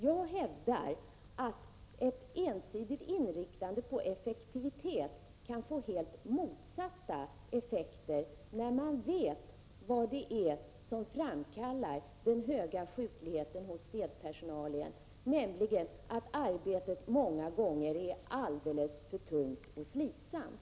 Jag hävdar att ett ensidigt inriktande på effektivitet kan få helt motsatta effekter, när man vet vad det är som framkallar den höga sjukligheten hos städpersonalen, nämligen att arbetet många gånger är alldeles för tungt och slitsamt.